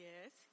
Yes